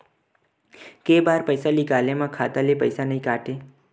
के बार पईसा निकले मा खाता ले पईसा नई काटे?